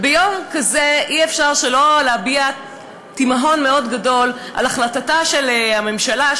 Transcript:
וביום כזה אי-אפשר שלא להביע תימהון מאוד גדול על ההחלטה של הממשלה,